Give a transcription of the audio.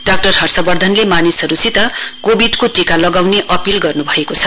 डा हर्षवर्धनले मानिसहरुसित कोविडको टीका लगाउने अपील गर्नुभएको छ